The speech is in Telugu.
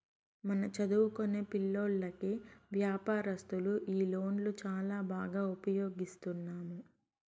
మన చదువుకొనే పిల్లోల్లకి వ్యాపారస్తులు ఈ లోన్లు చాలా బాగా ఉపయోగిస్తున్నాము